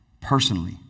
personally